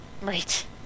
Right